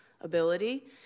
ability